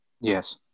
Yes